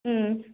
ఆ